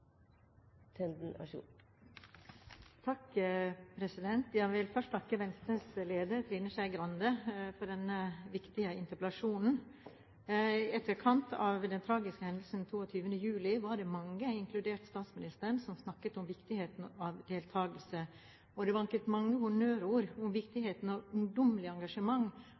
Jeg vil først takke Venstres leder, Trine Skei Grande, for denne viktige interpellasjonen. I etterkant av den tragiske hendelsen 22. juli var det mange, inkludert statsministeren, som snakket om viktigheten av deltagelse, og det vanket mange honnørord om viktigheten av ungdommelig engasjement